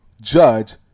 judge